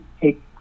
take